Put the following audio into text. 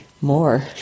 More